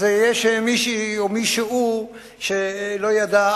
אז יש מישהי או מישהו שלא ידע,